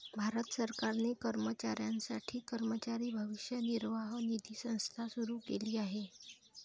भारत सरकारने कर्मचाऱ्यांसाठी कर्मचारी भविष्य निर्वाह निधी संस्था सुरू केली आहे